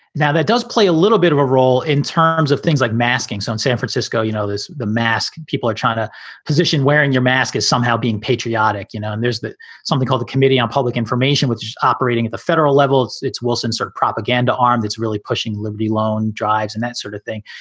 now, that does play a little bit of a role in terms of things like masking so in san francisco. you know, the mask people are trying to position wearing your mask as somehow being patriotic, you know, and there's something called the committee on public information, which is operating at the federal level. it's it's wilson sort of propaganda arm that's really pushing liberty loan drives and that sort of thing.